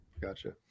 Gotcha